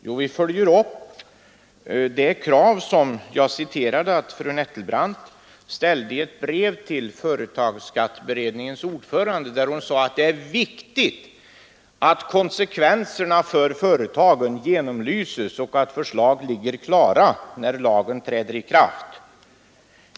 Jo, vi följer upp det krav som jag citerade att fru Nettelbrandt ställde till företagsskatteberedningens ordförande och där hon sade att det är viktigt att konsekvenserna för företagen genomlyses och att förslag ligger klara när lagen träder i kraft.